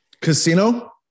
Casino